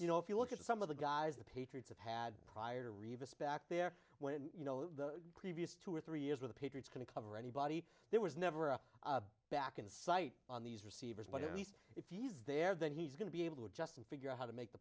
you know if you look at some of the guys the patriots have had prior reavis back there when you know the previous two or three years with a pitcher cover anybody there was never a back in sight on these receivers but at least if he's there then he's going to be able to adjust and figure out how to make the